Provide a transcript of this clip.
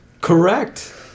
Correct